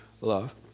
love